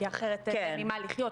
כי אחרת אין ממה לחיות,